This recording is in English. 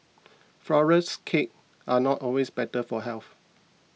Flourless Cakes are not always better for health